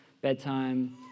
bedtime